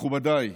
מכובדיי,